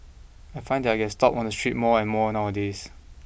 I find that I get stopped on the street more and more nowadays